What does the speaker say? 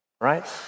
right